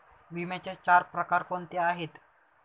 विम्याचे चार प्रकार कोणते आहेत?